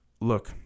Look